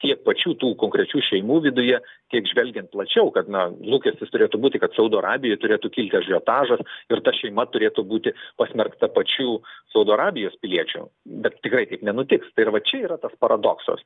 tiek pačių tų konkrečių šeimų viduje tiek žvelgiant plačiau kad na lūkestis turėtų būti kad saudo arabijoj turėtų kilti ažiotažas ir ta šeima turėtų būti pasmerkta pačių saudo arabijos piliečių bet tikrai taip nenutiks ir va čia yra tas paradoksas